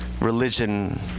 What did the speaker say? religion